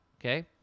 okay